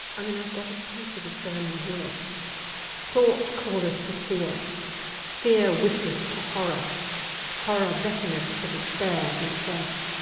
i mean i've got a piece of a sermon here thought calleth to fear fear whistlest to horror horror beckoneth to despair and saith,